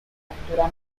altura